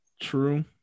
true